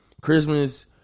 Christmas